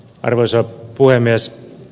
arvoisa puhemies